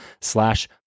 slash